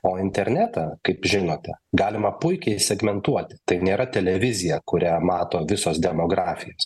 o internetą kaip žinote galima puikiai segmentuoti tai nėra televizija kurią mato visos demografijos